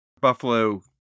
Buffalo